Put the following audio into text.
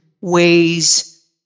ways